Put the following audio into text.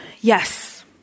Yes